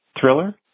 thriller